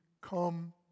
come